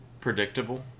predictable